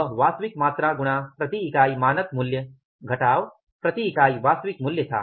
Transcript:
वह वास्तविक मात्रा गुणा प्रति इकाई मानक मूल्य घटाव प्रति इकाई वास्तविक मूल्य था